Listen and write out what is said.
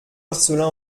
marcellin